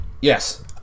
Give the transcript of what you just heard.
Yes